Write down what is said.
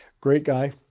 great guy.